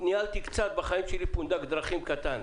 ניהלתי קצת בחיי פונדק דרכים קטן.